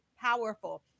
powerful